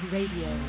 Radio